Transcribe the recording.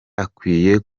akwiye